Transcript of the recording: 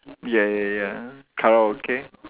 ya ya ya karaoke